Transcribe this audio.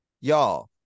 Y'all